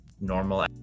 normal